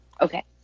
Okay